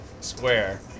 square